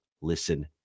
listen